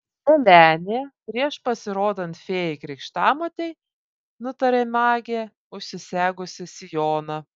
pelenė prieš pasirodant fėjai krikštamotei nutarė magė užsisegusi sijoną